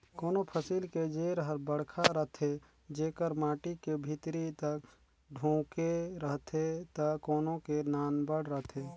कोनों फसिल के जेर हर बड़खा रथे जेकर माटी के भीतरी तक ढूँके रहथे त कोनो के नानबड़ रहथे